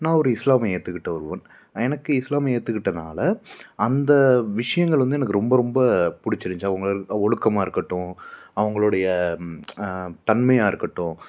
நான் ஒரு இஸ்லாமை ஏற்றுக்கிட்ட ஒருவன் எனக்கு இஸ்லாமை ஏற்றுக்கிட்டனால அந்த விஷயங்கள் வந்து எனக்கு ரொம்ப ரொம்ப பிடிச்சிருந்ச்சு அவங்கள் ஒழுக்கமாக இருக்கட்டும் அவங்களுடைய தன்மையாக இருக்கட்டும்